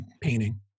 painting